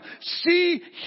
See